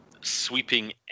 sweeping